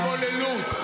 אתם מביאים התבוללות.